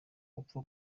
upfa